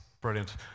Brilliant